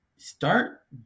Start